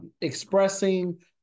expressing